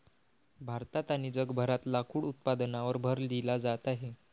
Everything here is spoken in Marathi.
भारतात आणि जगभरात लाकूड उत्पादनावर भर दिला जात आहे